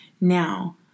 Now